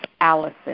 Allison